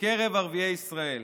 בקרב ערביי ישראל.